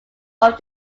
old